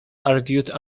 argued